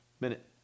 Minute